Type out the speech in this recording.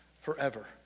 forever